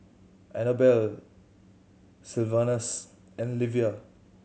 Anabel Sylvanus and Livia